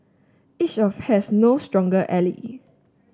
each of has no stronger ally